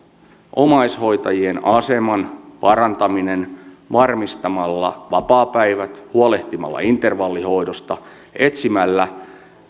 omaishoitajien aseman parantaminen varmistamalla vapaapäivät huolehtimalla intervallihoidosta etsimällä